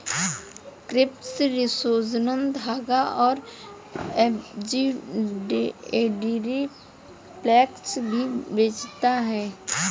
craft resources धागा और embroidery floss भी बेचता है